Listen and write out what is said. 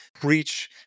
preach